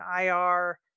IR